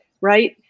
right